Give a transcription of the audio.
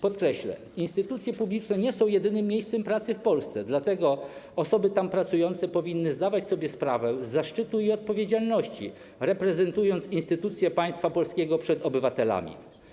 Podkreślę, że instytucje publiczne nie są jedynym miejscem pracy w Polsce, dlatego osoby w nich pracujące powinny zdawać sobie sprawę z zaszczytu i odpowiedzialności, reprezentując instytucje państwa polskiego przed obywatelami.